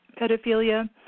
pedophilia